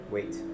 Wait